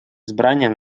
избранием